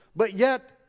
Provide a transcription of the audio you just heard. but yet,